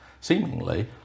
seemingly